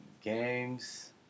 games